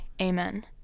Amen